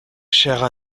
chère